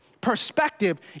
perspective